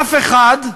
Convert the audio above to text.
אף אחד,